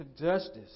justice